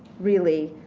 really,